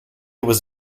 was